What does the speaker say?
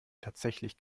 tatsächlich